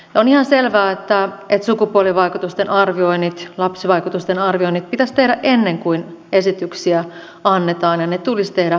on ihan selvää että sukupuolivaikutusten arvioinnit lapsivaikutusten arvioinnit pitäisi tehdä ennen kuin esityksiä annetaan ja ne tulisi tehdä huolella